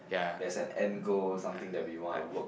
there's an end goal something that we wanna work